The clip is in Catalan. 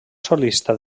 solista